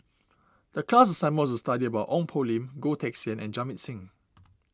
the class assignment was to study about Ong Poh Lim Goh Teck Sian and Jamit Singh